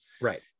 right